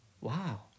wow